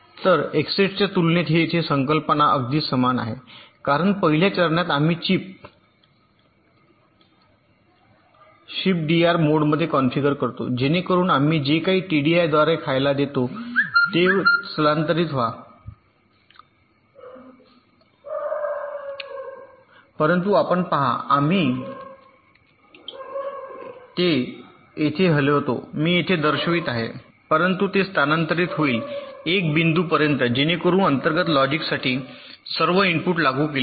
तर एक्सेस्टच्या तुलनेत येथे संकल्पना अगदी समान आहे कारण पहिल्या चरणात आम्ही चिप शिफ्टडीआर मोडमध्ये कॉन्फिगर करतो जेणेकरुन आम्ही जे काही टीडीआयद्वारे खायला देतो ते होईल स्थलांतरित व्हा परंतु आपण पहा आम्ही ते येथे हलवतो मी येथे दर्शवित आहे परंतु ते स्थानांतरित होईल एक बिंदू पर्यंत जेणेकरून अंतर्गत लॉजिकसाठी सर्व इनपुट लागू केले जातील